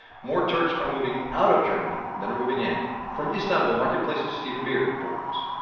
more turks are moving out of germany than are moving in from istanbul, marketplace's stephen beard reports